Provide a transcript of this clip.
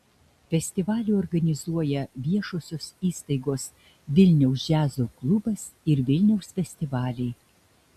festivalį organizuoja viešosios įstaigos vilniaus džiazo klubas ir vilniaus festivaliai